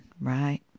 right